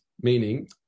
meaning